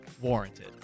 warranted